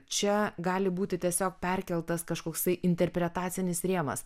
čia gali būti tiesiog perkeltas kažkoksai interpretacinis rėmas